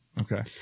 Okay